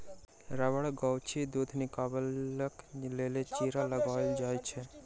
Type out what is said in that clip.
रबड़ गाछसँ दूध निकालबाक लेल चीरा लगाओल जाइत छै